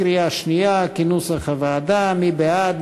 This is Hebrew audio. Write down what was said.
קריאה שנייה כנוסח הוועדה, מי בעד?